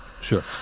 Sure